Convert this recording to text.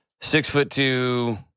six-foot-two